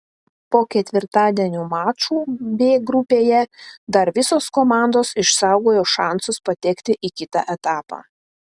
po ketvirtadienio mačų b grupėje dar visos komandos išsaugojo šansus patekti į kitą etapą